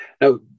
Now